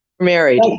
Married